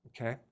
Okay